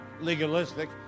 legalistic